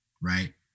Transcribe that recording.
right